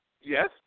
Yes